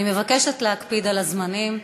אני מבקשת להקפיד על הזמנים.